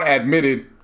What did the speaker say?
admitted